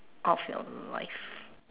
of your life